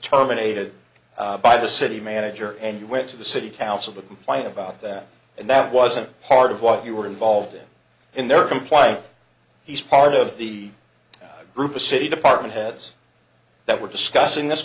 terminated by the city manager and you went to the city council to complain about that and that wasn't part of what you were involved in in their comply he's part of the group a city department heads that were discussing this